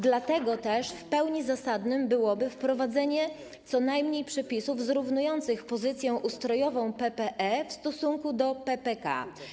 Dlatego też w pełni zasadne byłoby wprowadzenie co najmniej przepisów zrównujących pozycję ustrojową PPE w stosunku do PPK.